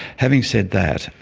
having said that,